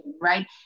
right